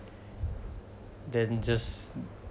then just